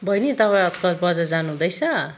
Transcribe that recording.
बहिनी तपाईँ आजकल बजार जानुहुँदैछ